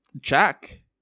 Jack